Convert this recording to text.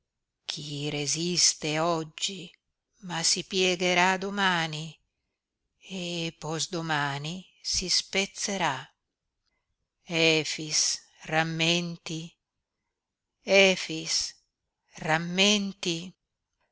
chi resiste oggi ma si piegherà domani e posdomani si spezzerà efix rammenti efix rammenti